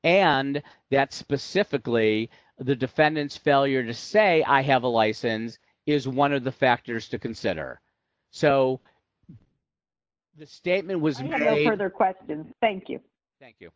and that specifically the defendant's failure to say i have a license is one of the factors to consider so the statement was there question thank you thank you